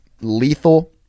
lethal